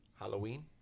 Halloween